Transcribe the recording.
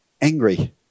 angry